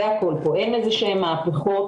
אין מהפיכות,